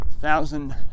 thousand